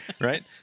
right